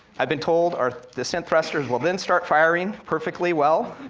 i've been told our descent thrusters will then start firing perfectly well,